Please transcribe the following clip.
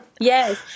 Yes